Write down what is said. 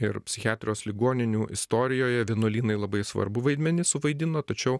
ir psichiatrijos ligoninių istorijoje vienuolynai labai svarbų vaidmenį suvaidino tačiau